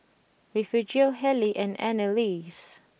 Refugio Hallie and Anneliese